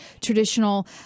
traditional